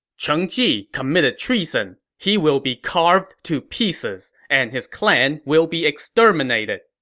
cheng ji committed treason. he will be carved to pieces, and his clan will be exterminated.